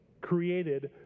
created